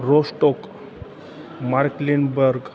Rostock मार्कलिन बर्ग